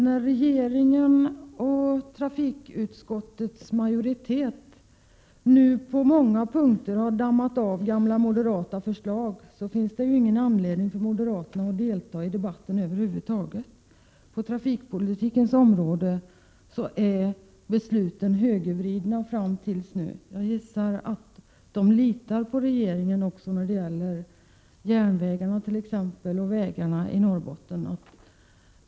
När regeringen och trafikutskottets majoritet nu på många punkter dammat av gamla moderatförslag, finns det ingen anledning för moderaterna att delta i debatten över huvud taget. På trafikpolitikens område är besluten högervridna fram tills nu. Jag gissar att moderaterna litar på regeringen också när det gäller järnvägar och vägar i Norrbotten.